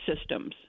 systems